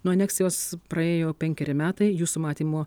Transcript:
nuo aneksijos praėjo penkeri metai jūsų matymu